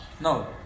no